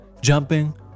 jumping